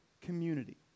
community